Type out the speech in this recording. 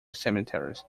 cemeteries